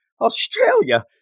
Australia